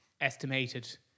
estimated